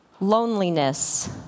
Loneliness